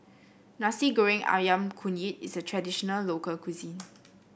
Nasi Goreng ayam kunyit is a traditional local cuisine